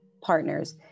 partners